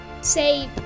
say